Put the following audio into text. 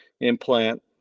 implant